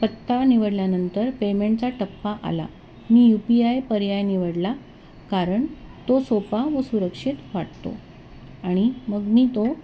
पत्ता निवडल्यानंतर पेमेंटचा टप्पा आला मी यू पी आय पर्याय निवडला कारण तो सोपा व सुरक्षित वाटतो आणि मग मी तो